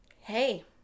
hey